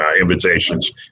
invitations